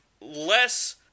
less